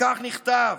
וכך נכתב: